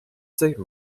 site